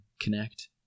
connect